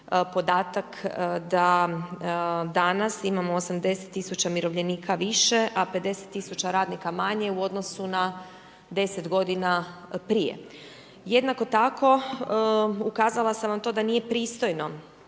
podatak da danas imamo 80 000 umirovljenika više, a 50 000 radnika manje u odnosu na 10 godina prije. Jednako tako ukazala sam vam na to da nije pristojno